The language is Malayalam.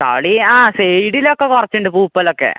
ചളി ആ സെയ്ഡിലക്കെ കുറച്ചുണ്ട് പൂപ്പലൊക്കെ